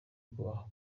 kubahwa